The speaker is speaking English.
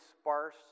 sparse